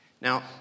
Now